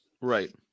Right